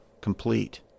complete